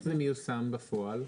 איך זה מיושם בפועל?